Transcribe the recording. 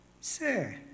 Sir